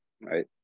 right